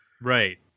Right